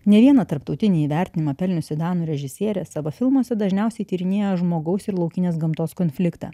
ne vieną tarptautinį įvertinimą pelniusi danų režisierė savo filmuose dažniausiai tyrinėja žmogaus ir laukinės gamtos konfliktą